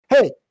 hey